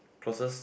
closes